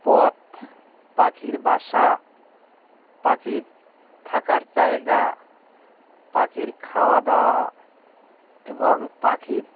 পথ পাখির বাসা পাখির থাকার জায়গা পাখির খাওয়াদাওয়া এবং পাখির